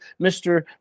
Mr